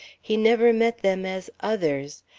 he never met them as others,